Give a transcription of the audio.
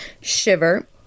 Shiver